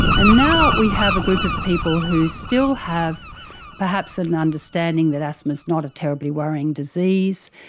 and now we have a group of people who still have perhaps an understanding that asthma is not a terribly worrying disease.